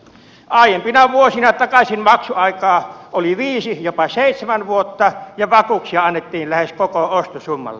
aiempina vuosina takaisinmaksuaikaa oli viisi jopa seitsemän vuotta ja vakuuksia annettiin lähes koko ostosummalle